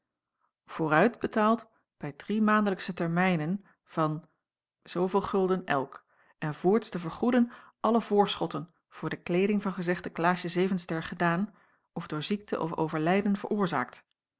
vooruit betaald bij driemaandelijksche termijnen van f elk en voorts te vergoeden alle voorschotten voor de kleeding van gezegde klaasje zevenster gedaan of door ziekte of overlijden veroorzaakt